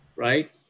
right